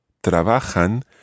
trabajan